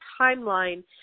timeline